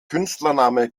künstlername